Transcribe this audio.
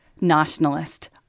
nationalist